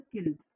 skills